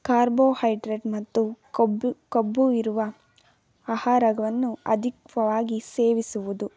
carbohydrate ಮತ್ತು ಕೊಬ್ಬು ಕೊಬ್ಬು ಇರುವ ಆಹಾರಗ್ವನ್ನು ಅಧಿಕ್ವವಾಗಿ ಸೇವಿಸುವುದು